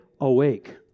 awake